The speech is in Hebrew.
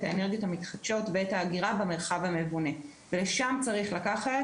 האנרגיות המתחדשות ואת האגירה במרחב המבונה ולשם צריך לקחת.